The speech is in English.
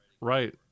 right